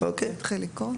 עקרוניות.